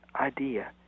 idea